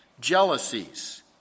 jealousies